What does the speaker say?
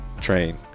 train